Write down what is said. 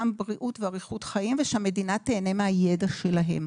בריאות ואריכות חיים ושהמדינה תיהנה מהידע שלהם,